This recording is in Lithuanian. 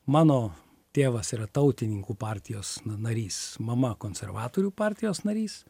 mano tėvas yra tautininkų partijos narys mama konservatorių partijos narys